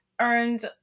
earned